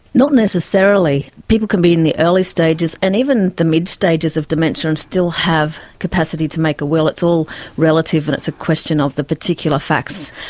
not necessarily. people can be in the early stages and even the mid stages of dementia and still have capacity to make a will. it's all relative and it's a question of the particular facts.